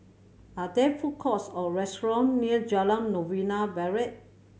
are there food courts or restaurant near Jalan Novena Barat